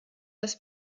das